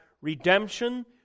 redemption